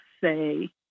say